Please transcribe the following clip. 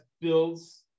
builds